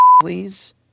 please